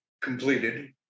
completed